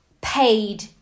paid